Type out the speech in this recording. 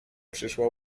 przyszło